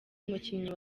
umukinnyi